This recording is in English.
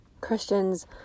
Christians